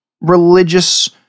religious